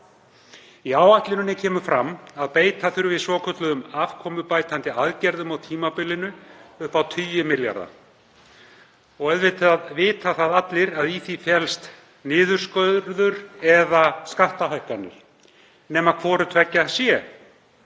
Í áætluninni kemur fram að beita þurfi svokölluðum afkomubætandi aðgerðum á tímabilinu upp á tugi milljarða. Auðvitað vita allir að í því felst niðurskurður eða skattahækkanir nema hvort tveggja sé.